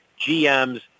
GM's